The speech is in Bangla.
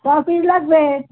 ক পিস লাগবে